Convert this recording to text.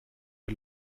der